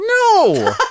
No